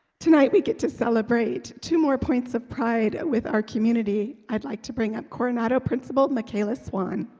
tonight we get to celebrate two more points of pride with our community. i'd like to bring up coronado principal micaela swan